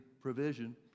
provision